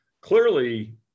Clearly